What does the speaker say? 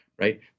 right